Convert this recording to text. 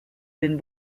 den